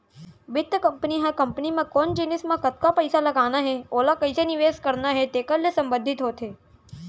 बित्त कंपनी ह कंपनी म कोन जिनिस म कतका पइसा लगाना हे ओला कइसे निवेस करना हे तेकर ले संबंधित होथे